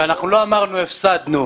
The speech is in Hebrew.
ולא אמרנו "הפסדנו".